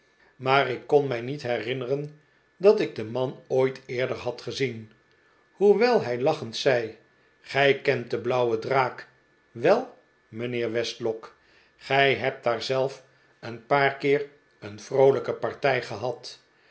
maar ik kon mij niet herinneren dat ik den man ooit eerder had gezien hoewel hij lachend zei gij kent de blauwe draak wel mijnheer westlock gij hebt daar zelf een p'aar keer een vroolijke partij gehad